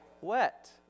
wet